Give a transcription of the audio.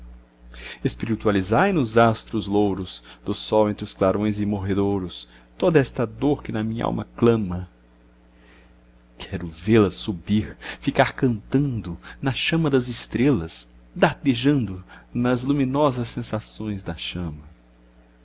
espiritualizai nos astros louros do sol entre os clarões imorredouros toda esta dor que na minh'alma clama quero vê-la subir ficar cantando na chama das estrelas dardejando nas luminosas sensações da chama